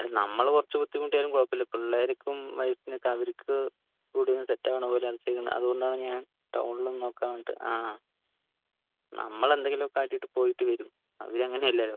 നമ്മള് കുറച്ച് ബുദ്ധിമുട്ടിയാലും കുഴപ്പമില്ല പിള്ളേർക്കും വൈഫിനൊക്കെ അവർക്ക് കൂടുതലും സെറ്റ് ആവണപോലെയാണ് ചെയ്യുന്നത് അതുകൊണ്ടാണ് ഞാൻ ടൗണില് നോക്കാനായിട്ട് ആ നമ്മള് എന്തെങ്കിലൊ കാട്ടീട്ട് പോയിട്ട് വരും അവര് അങ്ങനെയല്ലല്ലോ